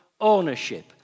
ownership